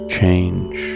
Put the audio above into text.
Change